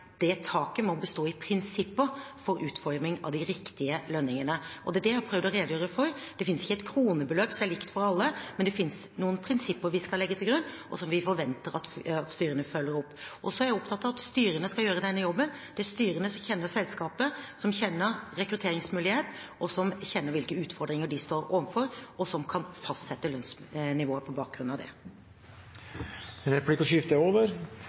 Det taket må bestå i prinsipper for utforming av de riktige lønningene, og det er det jeg har prøvd å redegjøre for. Det fins ikke et kronebeløp som er likt for alle, men det fins noen prinsipper vi skal legge til grunn, og som vi forventer at styrene følger opp. Så er jeg opptatt av at styrene skal gjøre denne jobben. Det er styrene som kjenner selskapet, som kjenner rekrutteringsmiljøet, som kjenner til hvilke utfordringer de står overfor, og som kan fastsette lønnsnivået på bakgrunn av